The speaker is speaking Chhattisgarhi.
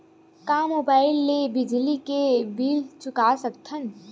का मुबाइल ले बिजली के बिल चुका सकथव?